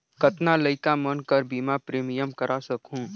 कतना लइका मन कर बीमा प्रीमियम करा सकहुं?